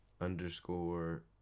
underscore